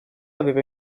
aveva